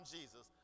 Jesus